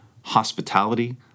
hospitality